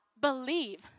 believe